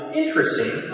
interesting